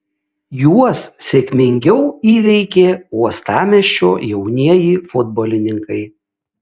juos sėkmingiau įveikė uostamiesčio jaunieji futbolininkai